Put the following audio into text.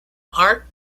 art